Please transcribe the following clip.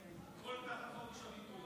אלה אותם אנשים שאישרו את המיצגים הכי מבזים,